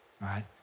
right